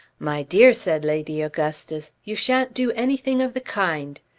my dear, said lady augustus, you shan't do anything of the kind.